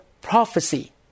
prophecy